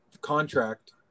contract